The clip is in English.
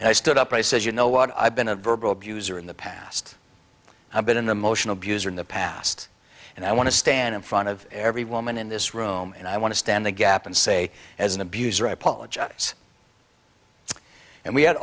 and i stood up i said you know what i've been a verbal abuse or in the past i've been in the motion abuser in the past and i want to stand in front of every woman in this room and i want to stand the gap and say as an abuser i apologize and we had